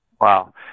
Wow